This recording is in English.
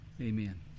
Amen